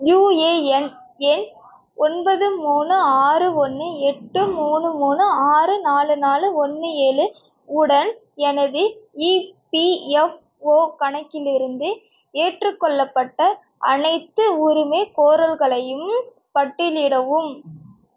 UAN எண் ஒன்பது மூணு ஆறு ஒன்று எட்டு மூணு மூணு ஆறு நாலு நாலு ஒன்று ஏழு உடன் எனது இபிஎஃப்ஓ கணக்கிலிருந்து ஏற்றுக்கொள்ளப்பட்ட அனைத்து உரிமைக்கோரல்களையும் பட்டியலிடவும்